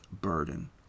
burden